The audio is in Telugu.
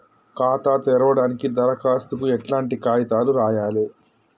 ఖాతా తెరవడానికి దరఖాస్తుకు ఎట్లాంటి కాయితాలు రాయాలే?